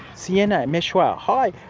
sienna, meshwa, hi.